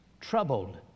troubled